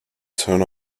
turn